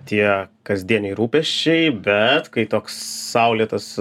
tie kasdieniai rūpesčiai bet kai toks saulėtas